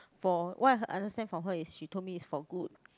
for what I understand from her is she told me it's for good